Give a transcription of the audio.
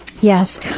yes